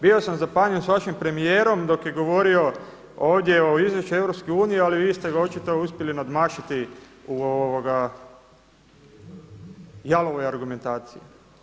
Bio sam zapanjen sa vašim premijerom dok je govorio ovdje o izvješću EU, ali vi ste ga očito uspjeli nadmašiti u jalovoj argumentaciji.